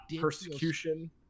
persecution